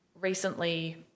recently